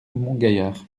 montgaillard